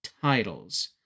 titles